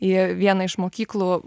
į vieną iš mokyklų